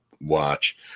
watch